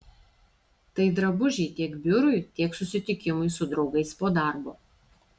tai drabužiai tiek biurui tiek susitikimui su draugais po darbo